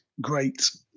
great